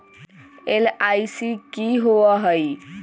LIC की होअ हई?